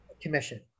commission